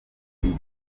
igihe